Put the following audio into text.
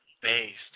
based